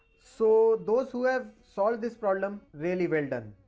so, those who have solved this problem, really well done!